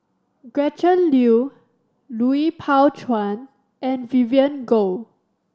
Gretchen Liu Lui Pao Chuen and Vivien Goh